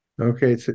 Okay